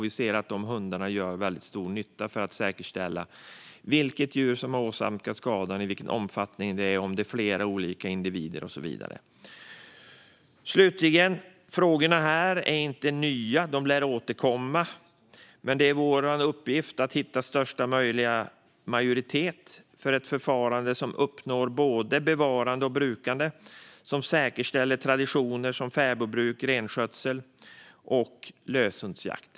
Vi ser att dessa hundar gör stor nytta för att säkerställa vilket djur som har åsamkat skadan, omfattning, om det är flera olika individer och så vidare. Slutligen: Frågorna här är inte nya. De lär återkomma. Men det är vår uppgift att hitta största möjliga majoritet för ett förfarande som uppnår både bevarande och brukande och som säkerställer traditioner som fäbodbruk, renskötsel och löshundsjakt.